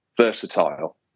versatile